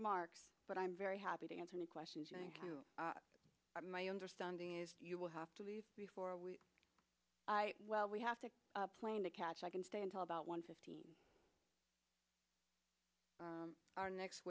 remarks but i'm very happy to answer any questions you have my understanding is you will have to leave before we well we have to plan to catch i can stay until about one fifty our next